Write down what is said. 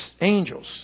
angels